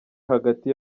hagati